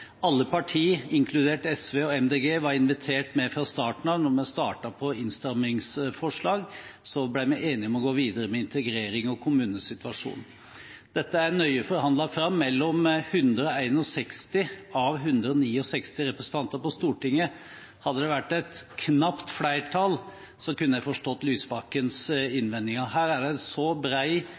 Alle partier, inkludert SV og Miljøpartiet De Grønne, var invitert med fra starten av, da vi startet på innstrammingsforslag. Så ble vi enige om å gå videre med integrering og kommunesituasjonen. Dette er nøye forhandlet fram mellom 161 av 169 representanter på Stortinget. Hadde det vært et knapt flertall, kunne jeg forstått Lysbakkens innvendinger. Her er det